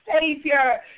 Savior